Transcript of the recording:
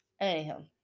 Anyhow